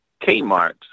Kmart